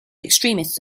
extremists